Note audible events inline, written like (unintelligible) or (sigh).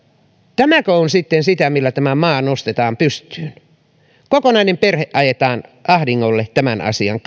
tämäkö on sitten sitä millä tämä maa nostetaan pystyyn kokonainen perhe ajetaan ahdingolle tämän asian (unintelligible)